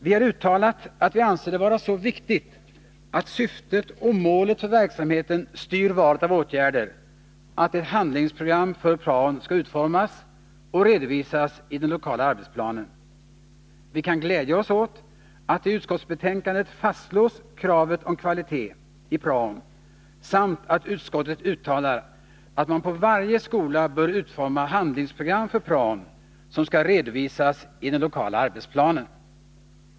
Vi har uttalat att vi anser det vara så viktigt att syftet och målet för verksamheten styr valet av åtgärder att handlingsprogram för praon skall utformas och redovisas i den lokala arbetsplanen. Vi kan glädja oss åt att i utskottsbetänkandet fastslås kravet på kvalitet i praon samt att utskottet uttalar att man på varje skola bör utforma handlingsprogram för praon, som skall redovisas i den lokala arbetsplanen.